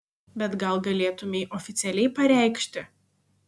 bet gal galėtumei oficialiai pareikšti